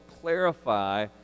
clarify